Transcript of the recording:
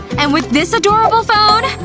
and with this adorable phone?